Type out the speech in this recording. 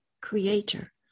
creator